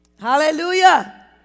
Hallelujah